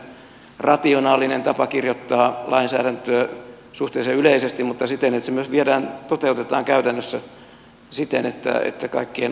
meillä pohjoismaissa on ollut hyvin tämmöinen rationaalinen tapa kirjoittaa lainsäädäntöä suhteellisen yleisesti mutta siten että se myös toteutetaan käytännössä siten että kaikkien osapuolten oikeussuoja järkevällä tavalla toteutuu